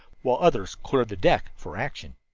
while others cleared the deck for action.